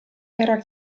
era